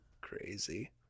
crazy